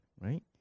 right